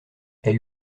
elle